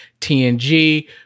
TNG